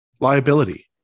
liability